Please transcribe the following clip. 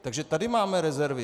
Takže tady máme rezervy.